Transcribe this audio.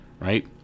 right